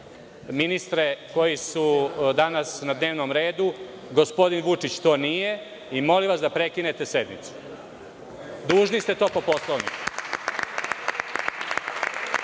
ministre koji su danas na dnevnom redu. Gospodin Vučić to nije i molim vas da prekinete sednicu. Dužni ste to po Poslovniku.